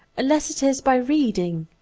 unless it is by reading.